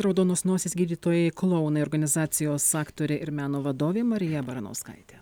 raudonos nosys gydytojai klounai organizacijos aktorė ir meno vadovė marija baranauskaitė